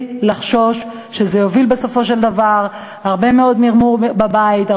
לחשוש שזה יוביל בסופו של דבר להרבה מאוד מרמור בבית,